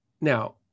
Now